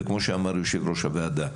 וכמו שאמר יושב-ראש הוועדה,